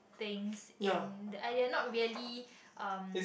things in the ya they are not really um